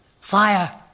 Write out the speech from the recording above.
Fire